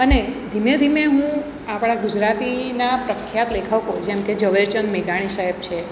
અને ધીમે ધીમે હું આપણા ગુજરાતીના પ્રખ્યાત લેખકો જેમ કે ઝવેરચંદ મેઘાણી સાહેબ છે